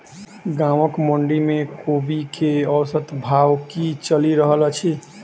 गाँवक मंडी मे कोबी केँ औसत भाव की चलि रहल अछि?